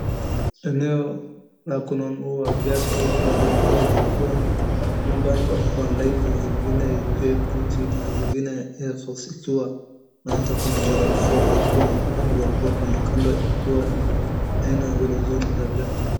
Eneo la kununua viatu kwa sokoni la viatu zikiwa zimepangwa kwa laini. zingine ikiwa buti na zingine Airforce ikiwa na ata kuna Jordan four ikiwa imepangwa kwa kando kando ikiwa ni aina nzuri nzuri ya viatu.